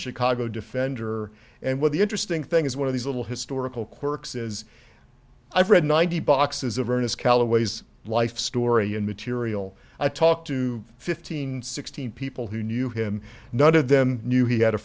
chicago defender and well the interesting thing is one of these little historical quirks is i've read ninety boxes of ernest callaways life story in material i talked to fifteen sixteen people who knew him none of them knew he had a